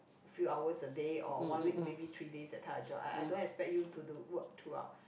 few hours a day or one week maybe three days that type of job I I don't expect you to do work throughout